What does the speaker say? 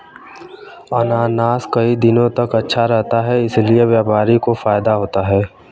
अनानास कई दिनों तक अच्छा रहता है इसीलिए व्यापारी को फायदा होता है